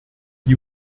die